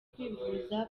kwivuza